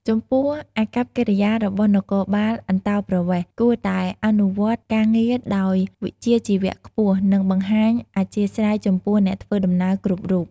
ចំពោះអាកប្បកិរិយារបស់នគរបាលអន្តោប្រវេសន៍ គួរតែអនុវត្តការងារដោយវិជ្ជាជីវៈខ្ពស់ និងបង្ហាញអធ្យាស្រ័យចំពោះអ្នកធ្វើដំណើរគ្រប់រូប។